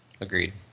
Agreed